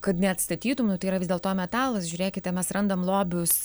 kad neatstatytum nu tai yra vis dėlto metalas žiūrėkite mes randam lobius